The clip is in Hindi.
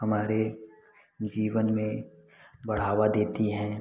हमारे जीवन में बढ़ावा देती है